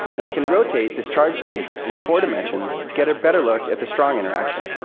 and we can rotate this charge space in four dimensions to get a better look at the strong interaction,